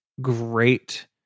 great